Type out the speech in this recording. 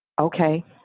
Okay